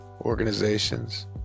organizations